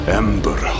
ember